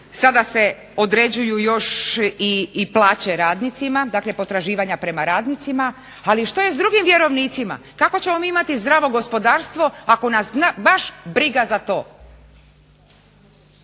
sada se određuju još i plaće radnicima. Dakle, potraživanja prema radnicima. Ali što je s drugim vjerovnicima. Kako ćemo mi imati zdravo gospodarstvo ako nas baš briga za to?